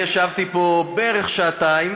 ישבתי פה בערך שעתיים,